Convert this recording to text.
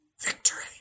Victory